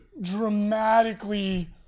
dramatically